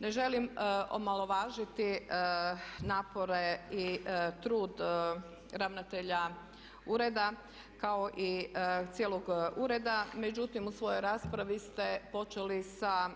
Ne želim omalovažiti napore i trud ravnatelja ureda kao i cijelog ureda međutim u svojoj raspravi ste počeli sa